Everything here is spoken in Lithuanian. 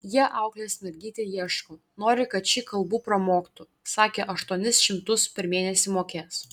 jie auklės mergytei ieško nori kad ši kalbų pramoktų sakė aštuonis šimtus per mėnesį mokės